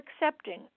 accepting